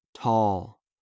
Tall